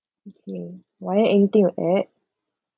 okay maya anything to add